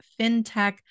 fintech